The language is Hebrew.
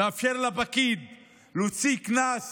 מאפשר לפקיד להוציא קנס